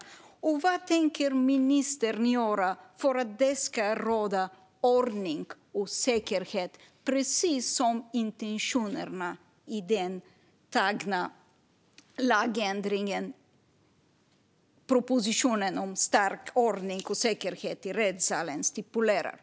Och vad tänker ministern göra för att det ska råda ordning och säkerhet, enligt intentionerna i propositionen Stärkt ordning och säkerhet i domstol och som stipuleras i de lagändringar som därefter trädde i kraft?